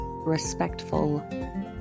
Respectful